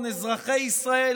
אזרחי ישראל,